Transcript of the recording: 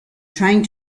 trying